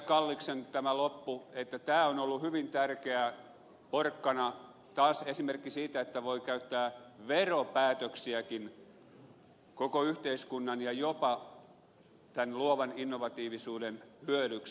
kalliksen puheen lopussa että tämä on ollut hyvin tärkeä porkkana taas esimerkki siitä että voi käyttää veropäätöksiäkin koko yhteiskunnan ja jopa tämän luovan innovatiivisuuden hyödyksi